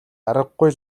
аргагүй